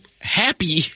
Happy